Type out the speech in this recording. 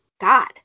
God